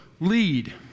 lead